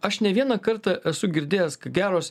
aš ne vieną kartą esu girdėjęs ka geros